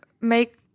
make